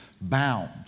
bound